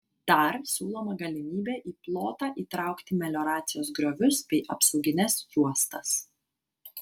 dar siūloma galimybė į plotą įtraukti melioracijos griovius bei apsaugines juostas